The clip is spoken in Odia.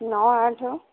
ନଅ ଆଠ